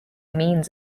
means